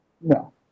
No